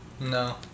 No